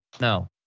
No